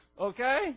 Okay